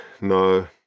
No